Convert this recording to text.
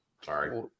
Sorry